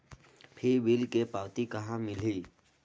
फिर बिल के पावती कहा मिलही?